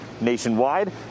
Nationwide